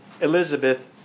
Elizabeth